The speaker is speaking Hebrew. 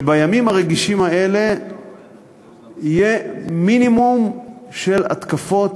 שבימים הרגישים האלה יהיה מינימום של התקפות